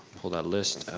pulled out a list.